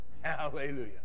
hallelujah